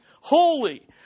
holy